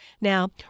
Now